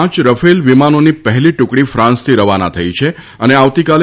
પાંચ રાફેલ વિમાનોની પહેલી ટુકડી ફાન્સથી રવાના થઈ છે અને આવતીકાલે